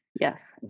Yes